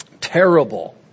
terrible